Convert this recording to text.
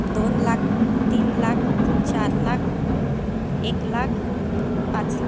दोन लाख तीन लाख चार लाख एक लाख पाच लाख